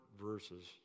verses